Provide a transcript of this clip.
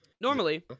normally